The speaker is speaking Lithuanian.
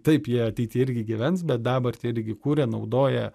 taip jie ateity irgi gyvens bet dabartį irgi kuria naudoja